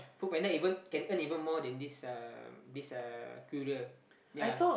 FoodPanda even can earn even more than this uh this uh courier ya